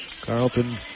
Carlton